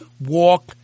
walk